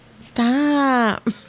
Stop